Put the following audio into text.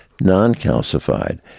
non-calcified